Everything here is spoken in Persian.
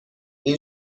این